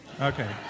Okay